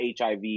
HIV